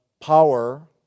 power